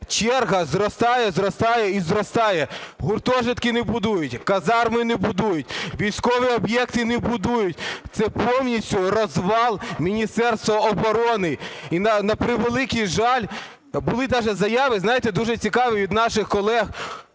черга зростає, зростає і зростає. Гуртожитки не будують, казарми не будуть, військові об'єкти не будують, це повністю розвал Міністерства оборони. І, на превеликий жаль, були навіть заяви, знаєте, дуже цікаві від наших колег,